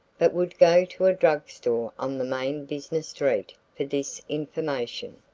but would go to a drug store on the main business street for this information.